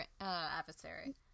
adversary